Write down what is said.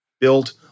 built